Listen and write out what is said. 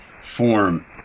form